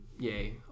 Yay